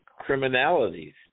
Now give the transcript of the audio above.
criminalities